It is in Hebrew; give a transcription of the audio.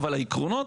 אבל העקרונות